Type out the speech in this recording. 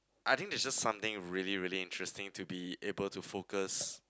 I think it's just something really really interesting to be able to focus